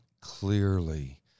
clearly